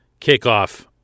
kickoff